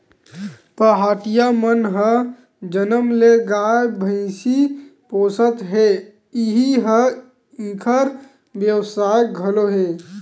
पहाटिया मन ह जनम ले गाय, भइसी पोसत हे इही ह इंखर बेवसाय घलो हे